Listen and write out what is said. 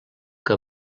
que